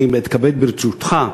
אני מתכבד, ברשותך,